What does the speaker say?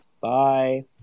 bye